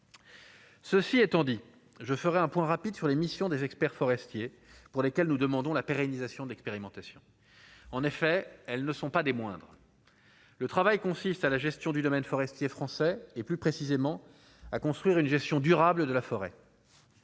Ceci étant dit, je ferai un point rapide sur les missions des experts forestiers pour lesquels nous demandons la pérennisation d'expérimentation, en effet, elles ne sont pas des moindres : le travail consiste à la gestion du domaine forestier français, et plus précisément à construire une gestion durable de la forêt.